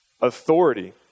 Authority